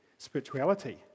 spirituality